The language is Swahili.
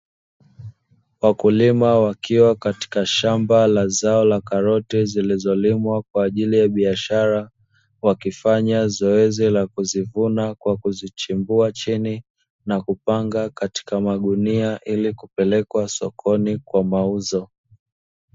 Wakulima wakiwa katika shamba la zao la karoti zilizolimwa kwa ajili ya biashara, wakifanya zoezi la kuzivuna kwa kuzichimbua chini na kupanga katika magunia ili kupelekwa sokoni kwa mauzo.